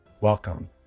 Welcome